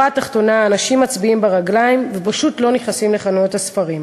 התחתונה אנשים מצביעים ברגליים ופשוט לא נכנסים לחנויות הספרים.